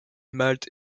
malte